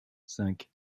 cinq